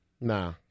Nah